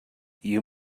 you